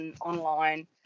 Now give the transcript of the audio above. online